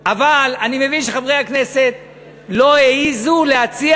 אבל אני מבין שחברי הכנסת לא העזו להציע